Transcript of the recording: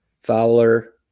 Fowler